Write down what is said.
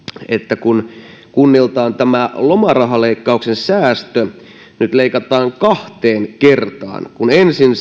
että kunnilta lomarahaleikkauksen säästö nyt leikataan kahteen kertaan ensin